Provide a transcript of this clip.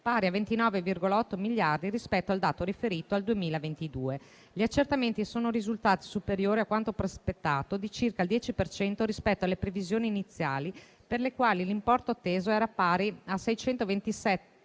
pari a 29,8 miliardi rispetto al dato riferito al 2022. Gli accertamenti sono risultati superiori a quanto prospettato di circa il 10 per cento rispetto alle previsioni iniziali, per le quali l'importo atteso era pari a 672,3 miliardi